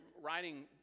writing